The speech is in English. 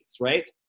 Right